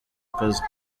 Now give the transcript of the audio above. akazi